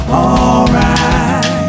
alright